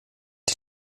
die